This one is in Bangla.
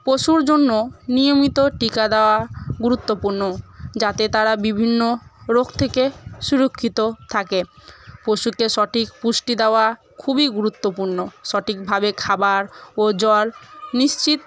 পশুর জন্য নিয়মিত টিকা দেওয়া গুরুত্বপূর্ণ যাতে তারা বিভিন্ন রোগ থেকে সুরক্ষিত থাকে পশুকে সঠিক পুষ্টি দেওয়া খুবই গুরুত্বপূর্ণ সঠিকভাবে খাবার ও জল নিশ্চিত